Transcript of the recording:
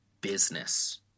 business